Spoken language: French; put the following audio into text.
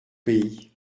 pays